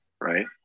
Right